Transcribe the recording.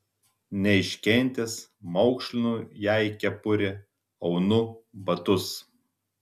neiškentęs maukšlinu jai kepurę aunu batus